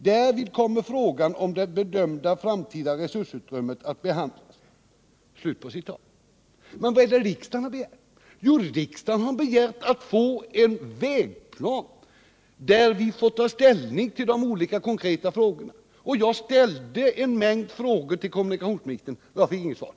Därvid kommer frågan om det bedömda framtida resursutrymmet att behandlas.” Men vad är det riksdagen har begärt? Jo, riksdagen har begärt att få en vägplan i vilken vi får ta ställning till de olika konkreta frågorna. Jag ställde en mängd frågor till kommunikationsministern, men jag fick inget svar.